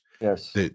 Yes